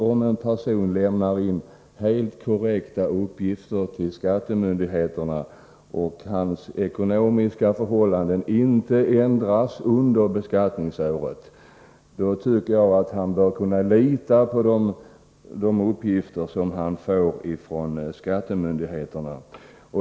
Om en person lämnar in helt korrekta uppgifter till skattemyndigheten och hans ekonomiska förhållanden inte ändras under beskattningsåret, då bör han kunna lita på de uppgifter han får från skattemyndigheten.